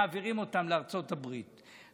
מעבירים אותן לארצות הברית.